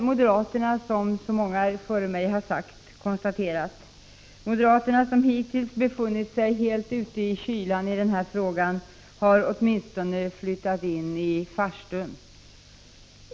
Moderaterna som — det har många före mig konstaterat — hittills befunnit sig helt ute i kylan i denna angelägenhet har åtminstone flyttat in i farstun.